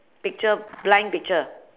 picture blank picture